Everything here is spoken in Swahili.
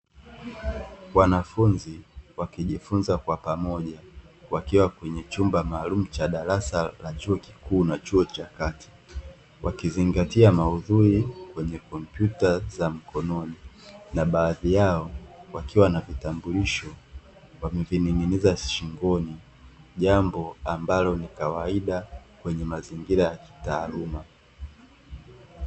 Wanafunzi wakijifunza kwa pamoja wakiwa kwenye chumba maalumu cha darasa la chuo kikuu na chuo cha kati, wakizingatia maudhui kwenye kompyuta za mkononi. Na baadhi yao wakiwa na vitambulisho wamevining'iniza shingoni, jambo ambalo ni kawaida kwenye mazingira ya kitaaluma.